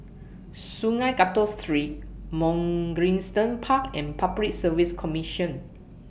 Sungei Kadut Street Mugliston Park and Public Service Commission